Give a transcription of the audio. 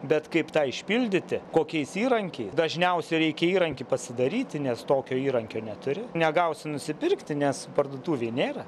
bet kaip tą išpildyti kokiais įrankiais dažniausiai reikia įrankį pasidaryti nes tokio įrankio neturi negausi nusipirkti nes parduotuvėj nėra